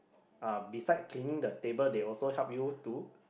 uh beside cleaning the table they also help you to